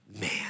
man